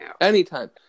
Anytime